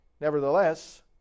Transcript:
Nevertheless